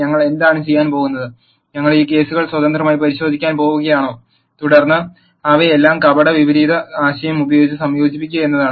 ഞങ്ങൾ എന്താണ് ചെയ്യാൻ പോകുന്നത് ഞങ്ങൾ ഈ കേസുകൾ സ്വതന്ത്രമായി പരിശോധിക്കാൻ പോവുകയാണോ തുടർന്ന് അവയെല്ലാം കപട വിപരീത ആശയം ഉപയോഗിച്ച് സംയോജിപ്പിക്കുക എന്നതാണ്